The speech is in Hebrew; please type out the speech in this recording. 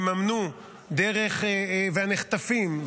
הנחטפים,